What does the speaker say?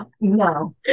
No